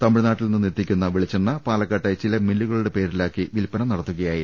തമിഴ്നാട്ടിൽ നിന്ന് എത്തിക്കുന്ന വെളിച്ചെണ്ണ പാലക്കാട്ടെ ചില മില്ലുകളുടെ പേരിലാക്കി വില്പന നടത്തുക യായിരുന്നു